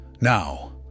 now